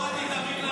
הורדתי את המקלחות,